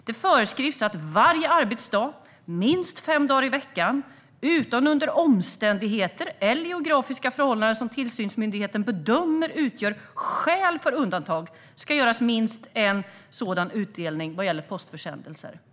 Det föreskrivs att det varje arbetsdag och minst fem dagar i veckan, utom under omständigheter eller geografiska förhållanden som tillsynsmyndigheten bedömer utgör skäl för undantag, ska göras minst en utdelning av postförsändelser.